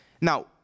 Now